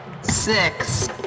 six